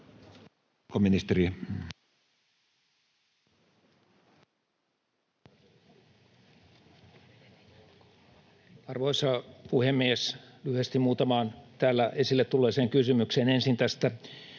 Arvoisa puhemies! Lyhyesti muutamaan täällä esille tulleeseen kysymykseen. Ensin